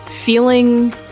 feeling